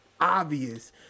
obvious